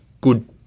good